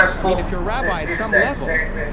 i mean, if you're a rabbi, at some level,